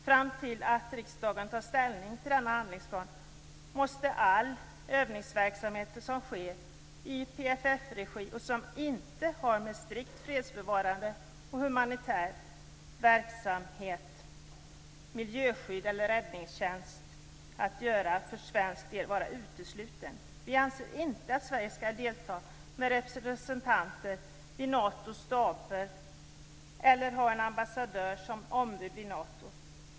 Fram till dess att riksdagen tar ställning till denna handlingsplan måste all övningsverksamhet som sker i PFF-regi och som inte har med strikt fredsbevarande och humanitär verksamhet, miljöskydd eller räddningstjänst att göra för svensk del vara utesluten. Vi anser inte att Sverige skall delta med representanter i Natos staber eller ha en ambassadör som ombud i Nato.